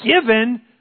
given